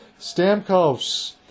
Stamkos